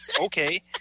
Okay